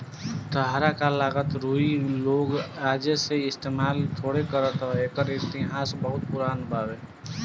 ताहरा का लागता रुई लोग आजे से इस्तमाल थोड़े करता एकर इतिहास बहुते पुरान बावे